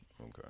Okay